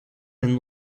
been